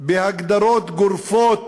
בהגדרות גורפות